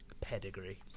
pedigree